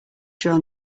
drawn